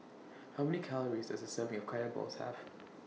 How Many Calories Does A Serving of Kaya Balls Have